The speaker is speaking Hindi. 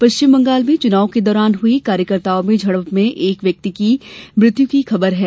पश्चिम बंगाल में चुनाव के दौरान हुई कार्यकर्ताओं में झड़प में एक व्यक्ति की मृत्यु होने की खबर है